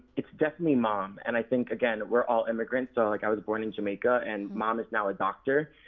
it's definitely mom. and i think, again, we're all immigrants, so like i was born in jamaica and mom is now a doctor.